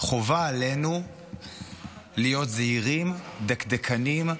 חובה עלינו להיות זהירים ודקדקנים,